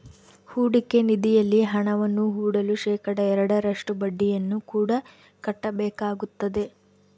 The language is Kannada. ಹೂಡಿಕೆ ನಿಧಿಯಲ್ಲಿ ಹಣವನ್ನು ಹೂಡಲು ಶೇಖಡಾ ಎರಡರಷ್ಟು ಬಡ್ಡಿಯನ್ನು ಕೂಡ ಕಟ್ಟಬೇಕಾಗುತ್ತದೆ